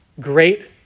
great